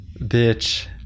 bitch